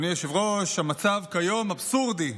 אדוני היושב-ראש, המצב כיום אבסורדי.